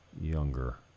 younger